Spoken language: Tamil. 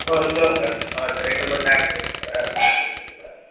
ஓகே ஓகே ஆ இந்த ரெண்டு மட்டும் ஆட் பண்ணிக்கோங்க அந்த லிஸ்ட்டுக் கூட